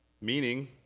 meaning